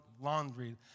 laundry